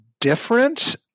different